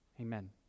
Amen